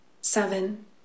seven